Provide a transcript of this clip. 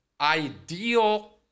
ideal